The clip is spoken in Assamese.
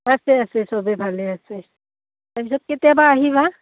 আছে আছে চবেই ভালে আছে তাৰপিছত কেতিয়াবা আহিবা